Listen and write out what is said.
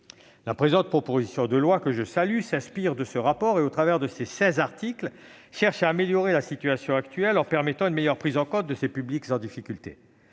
La présente proposition de loi, que je salue, s'inspire de ce rapport et cherche, au travers de ses seize articles, à améliorer la situation actuelle, en permettant une meilleure prise en compte de ces publics en difficulté.